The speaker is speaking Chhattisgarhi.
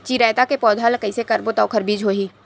चिरैता के पौधा ल कइसे करबो त ओखर बीज होई?